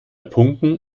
punkten